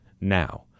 now